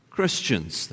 Christians